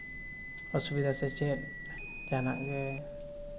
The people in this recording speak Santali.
ᱚᱥᱩᱵᱤᱫᱟ ᱥᱮ ᱪᱮᱫ ᱡᱟᱦᱟᱱᱟᱜ ᱜᱮ